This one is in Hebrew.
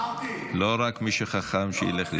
מי שחכם, שלא רק ילך ללמוד.